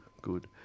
Good